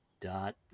dot